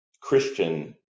Christian